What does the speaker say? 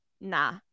nah